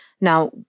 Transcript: Now